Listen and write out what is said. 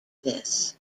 this